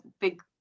big